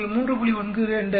நீங்கள் 3